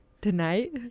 tonight